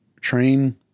Train